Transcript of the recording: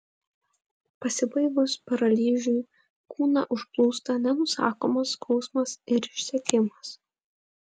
pasibaigus paralyžiui kūną užplūsta nenusakomas skausmas ir išsekimas